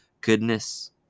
goodness